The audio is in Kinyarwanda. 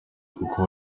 kuko